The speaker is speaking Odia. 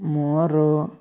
ମୋର